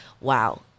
wow